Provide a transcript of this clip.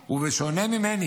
בשונה ממני,